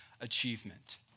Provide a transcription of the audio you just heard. achievement